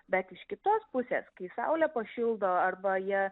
bet iš kitos pusės kai saulė pašildo arba jie